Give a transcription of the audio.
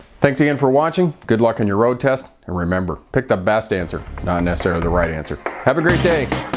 thanks again for watching. good luck on your road test. and remember, pick up best answer not necessarily the right answer. have a great day.